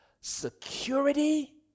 security